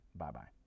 bye-bye